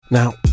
Now